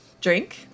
drink